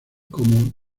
como